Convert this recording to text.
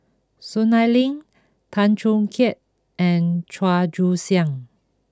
Soon Ai Ling Tan Choo Kai and Chua Joon Siang